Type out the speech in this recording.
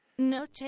Noche